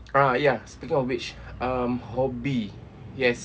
ah ya speaking of which um hobby yes